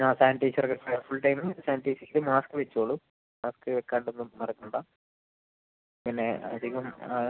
ആ സാനിറ്റൈസർ ഒക്കെ full time sanitize ചെയ്ത് മാസ്ക് വെച്ചോളൂ മാസ്ക് വയ്ക്കാണ്ടോന്നും നടക്കേണ്ട പിന്നെ അധികം